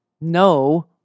no